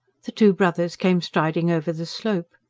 the two brothers came striding over the slope.